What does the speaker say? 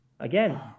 Again